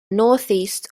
northeast